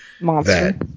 Monster